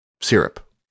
syrup